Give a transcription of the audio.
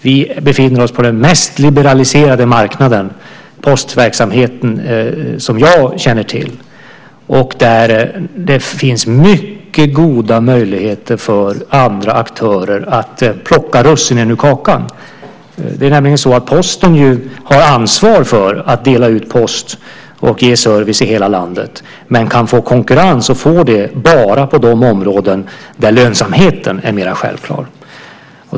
Vi befinner oss på den mest liberaliserade marknad för postverksamheten som jag känner till och där det finns mycket goda möjligheter för andra aktörer att plocka russinen ur kakan. Posten har nämligen ansvar för att dela ut post och ge service i hela landet men kan få konkurrens, och får det, bara på de områden där lönsamheten är mera självklar.